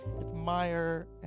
admire